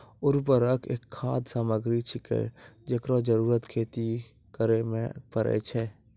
उर्वरक एक खाद सामग्री छिकै, जेकरो जरूरत खेती करै म परै छै